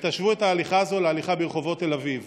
ותשוו את ההליכה הזו להליכה ברחובות תל אביב,